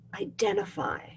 identify